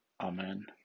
Amen